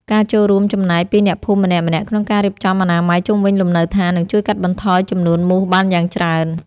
ការចូលរួមចំណែកពីអ្នកភូមិម្នាក់ៗក្នុងការរៀបចំអនាម័យជុំវិញលំនៅដ្ឋាននឹងជួយកាត់បន្ថយចំនួនមូសបានយ៉ាងច្រើន។